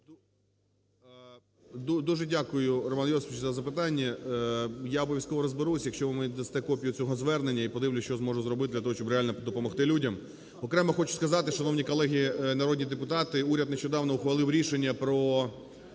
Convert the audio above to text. Дуже дякую, Роман Йосипович, за запитання. Я обов'язково розберусь, якщо ви мені дасте копію цього звернення, і подивлюся, що зможу зробити для того, щоб реально допомогти людям. Окремо хочу сказати, шановні колеги народні депутати, уряд нещодавно ухвалив рішення про